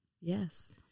Yes